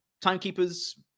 timekeeper's